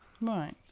Right